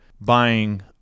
buying